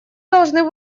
должны